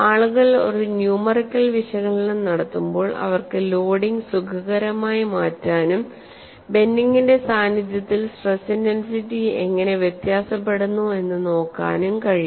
ആളുകൾ ഒരു ന്യൂമെറിക്കൽ വിശകലനം നടത്തുമ്പോൾ അവർക്ക് ലോഡിംഗ് സുഖകരമായി മാറ്റാനും ബെൻഡിങ്ങിന്റെ സാന്നിധ്യത്തിൽ സ്ട്രെസ് ഇന്റൻസിറ്റി എങ്ങനെ വ്യത്യാസപ്പെടുന്നു എന്ന് നോക്കാനും കഴിയും